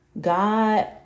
God